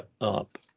up